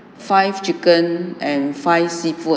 five chicken and five seafood